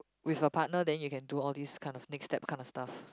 with a partner then you can do all this kind of next step kind of stuff